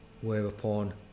Whereupon